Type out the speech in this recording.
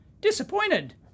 Disappointed